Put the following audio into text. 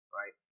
right